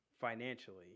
financially